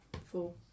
four